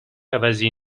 عوضی